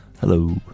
Hello